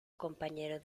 compañero